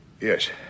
Yes